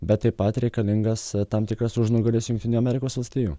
bet taip pat reikalingas tam tikras užnugaris jungtinių amerikos valstijų